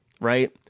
right